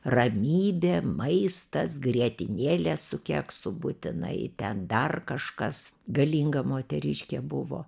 ramybė maistas grietinėlė su keksu būtinai ten dar kažkas galinga moteriškė buvo